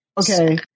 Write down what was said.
Okay